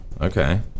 okay